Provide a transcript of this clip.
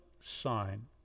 sign